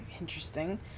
interesting